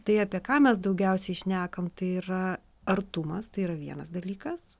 tai apie ką mes daugiausiai šnekam tai yra artumas tai yra vienas dalykas